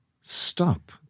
stop